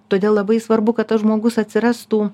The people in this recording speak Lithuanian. todėl labai svarbu kad tas žmogus atsirastų